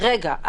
רגע,